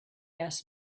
asked